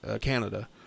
Canada